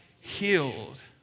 healed